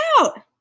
out